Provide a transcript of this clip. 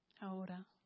Ahora